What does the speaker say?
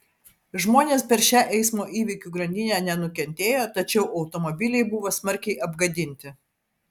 žmonės per šią eismo įvykių grandinę nenukentėjo tačiau automobiliai buvo smarkiai apgadinti